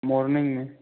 morning में